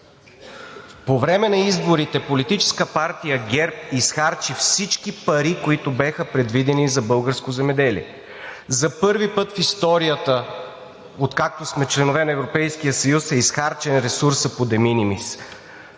по време на изборите, Политическа партия ГЕРБ изхарчи всички пари, които бяха предвидени за българското земеделие. За първи път в историята, откакто сме членове на Европейския съюз, е изхарчен ресурсът по de